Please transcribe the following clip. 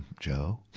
joe.